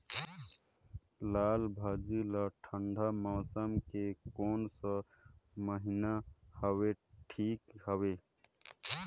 लालभाजी ला ठंडा मौसम के कोन सा महीन हवे ठीक हवे?